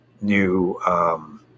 new